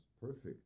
perfect